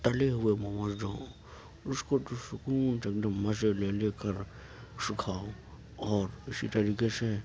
تلے ہوئے موموز ہوں اس کو پرسکون سے ایک دم مزے لے لے کر سے کھاؤ اور اسی طریقے سے